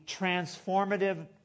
transformative